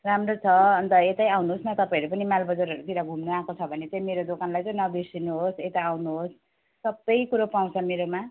राम्रो छ अन्त यतै आउनुहोस् न तपाईँहरू पनि मालबजारहरूतिर घुम्नु आएको छ भने चाहिँ मेरो दोकानलाई चाहिँ नबिर्सनुहोस् यतै आउनुहोस् सबै कुरो पाउँछ मेरोमा